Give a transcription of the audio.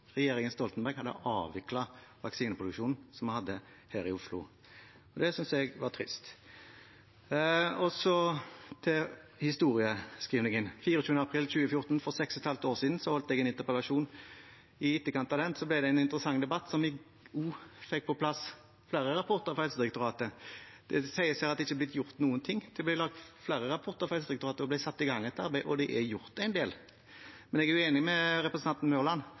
Regjeringen Stoltenberg hadde avviklet vaksineproduksjonen som vi hadde her i Oslo. Det synes jeg var trist. Så til historieskrivningen: Den 24. april 2014, for seks og et halvt år siden, hadde jeg en interpellasjon. I etterkant av den ble det en interessant debatt, hvor vi også fikk på plass flere rapporter fra Helsedirektoratet. Det sies her at det ikke har blitt gjort noen ting. Det ble laget flere rapporter fra Helsedirektoratet, og det ble satt i gang et arbeid, så det er gjort en del. Men jeg er enig med representanten Mørland: